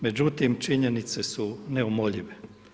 Međutim činjenice su neumoljive.